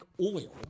oil